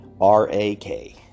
R-A-K